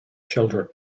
children